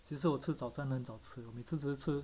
其实我吃早餐能找吃每次只是吃